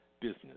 business